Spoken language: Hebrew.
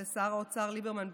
ושר האוצר ליברמן,